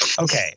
okay